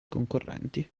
concorrenti